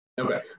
Okay